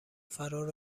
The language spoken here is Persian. فرار